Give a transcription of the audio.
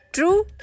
True